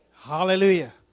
Hallelujah